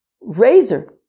razor